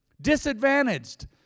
disadvantaged